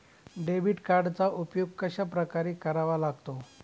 Debit कार्डचा उपयोग कशाप्रकारे करावा लागतो?